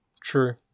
True